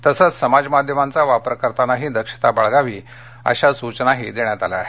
तसंच समाज माध्यमांचा वापर करतानाही दक्षता बाळगावी अशी सूचनाही देण्यात आल्या आहे